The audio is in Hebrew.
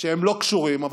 אולי לא היית מודע.